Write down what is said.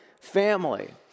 family